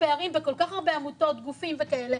פערים וכל כך הרבה עמותות וגופים וכאלה,